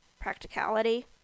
practicality